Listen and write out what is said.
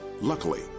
Luckily